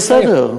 לא, זה בסדר.